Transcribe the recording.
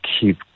keep